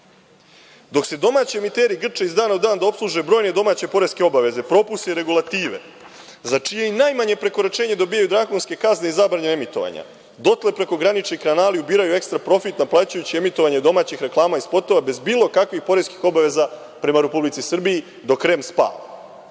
se domaći emiteri grče iz dana u dan da opsluže brojne domaće poreske obaveze, propise i regulative, za čije i najmanje prekoračenje dobijaju drakonske kazne i zabrane emitovanja, dotle prekogranični kanali ubiraju ekstra profit naplaćujući emitovanje domaćih reklama i spotova bez bilo kakvih poreskih obaveza prema Republici Srbiji, dok REM